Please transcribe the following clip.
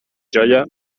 joia